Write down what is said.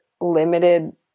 limited